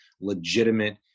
legitimate